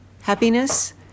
happiness